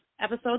Episode